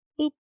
Boop